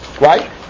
Right